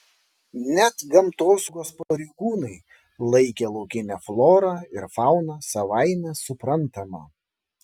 net gamtosaugos pareigūnai laikė laukinę florą ir fauną savaime suprantama